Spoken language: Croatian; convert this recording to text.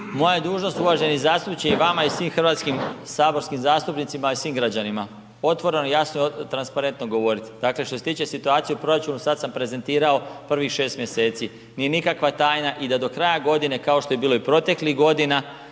Moja je dužnost, uvaženi zastupniče i vama i svih hrvatskih saborskim zastupnicima i svih građanima otvoreno, jasno i transparentno govoriti. Dakle, što se tiče situacije u proračunu, sad sam prezentirao prvih 6 mj. Nije nikakva tajna i da do kraja godine, kao što je bilo i proteklih godina,